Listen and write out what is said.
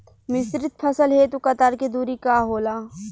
मिश्रित फसल हेतु कतार के दूरी का होला?